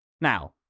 Now